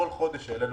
בכל חודש שהעלינו